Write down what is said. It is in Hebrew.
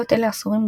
באום אלקנאטיר,